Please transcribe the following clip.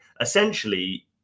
essentially